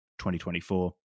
2024